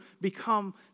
become